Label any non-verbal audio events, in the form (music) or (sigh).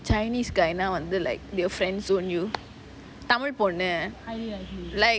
chinese guy வந்து:vanthu like they will friend zone you (noise) tamil பொண்ணு:ponnu like